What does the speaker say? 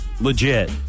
legit